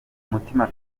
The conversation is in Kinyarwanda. mutima